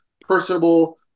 personable